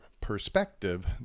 perspective